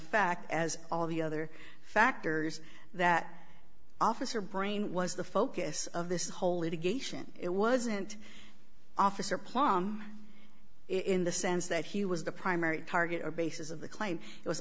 fact as all the other factors that officer brain was the focus of this whole litigation it wasn't officer plumb in the sense that he was the primary target or bases of the cl